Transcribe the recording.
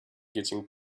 getting